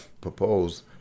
propose